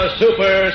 super